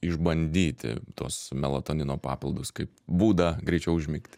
išbandyti tuos melatonino papildus kaip būdą greičiau užmigti